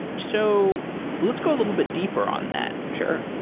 so let's go a little bit deeper on that. sure.